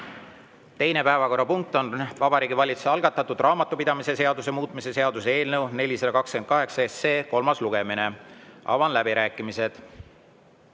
Teine päevakorrapunkt on Vabariigi Valitsuse algatatud raamatupidamise seaduse muutmise seaduse eelnõu 428 kolmas lugemine. Avan läbirääkimised.